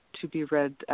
to-be-read